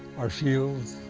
our shields.